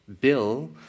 bill